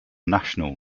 national